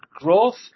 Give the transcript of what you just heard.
growth